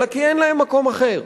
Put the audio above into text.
אלא כי אין להם מקום אחר.